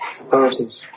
authorities